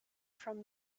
from